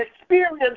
experience